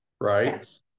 right